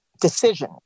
decision